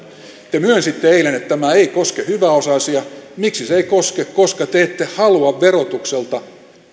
te myönsitte eilen että tämä ei koske hyväosaisia miksi se ei koske koska te ette halua verotuksella